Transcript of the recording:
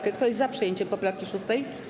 Kto jest za przyjęciem poprawki 6.